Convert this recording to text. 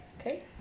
Okay